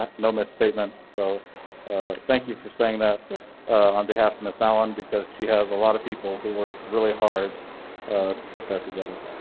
no misstatements, so thank you for saying that yeah on behalf of miss allen, because she has a lot of people who were really hard to put that together,